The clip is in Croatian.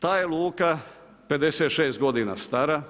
Ta je luka 56 godina stara.